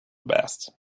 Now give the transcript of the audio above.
best